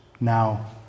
now